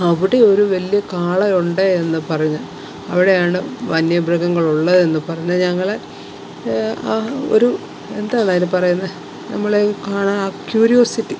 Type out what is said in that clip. അവിടെ ഒരു വലിയ കാള ഉണ്ട് എന്ന് പറഞ്ഞ അവിടെയാണ് വന്യ മൃഗങ്ങൾ ഉള്ളത് എന്ന് പറഞ്ഞ് ഞങ്ങളെ ആ ഒരു എന്താണ് അതിന് പറയുന്നെ നമ്മളെ ഈ കാണാന് ആ ക്യൂരിയോസിറ്റി